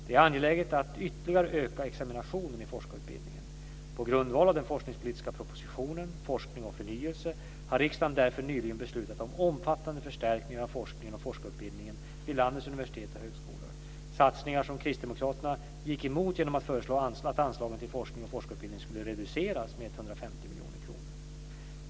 Det är angeläget att ytterligare öka examinationen i forskarutbildningen. På grundval av den forskningspolitiska propositionen Forskning och förnyelse har riksdagen därför nyligen beslutat om omfattande förstärkningar av forskningen och forskarutbildningen vid landets universitet och högskolor, satsningar som kristdemokraterna gick emot genom att föreslå att anslagen till forskning och forskarutbildning skulle reduceras med 150 miljoner kronor.